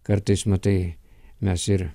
kartais matai mes ir